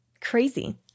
Crazy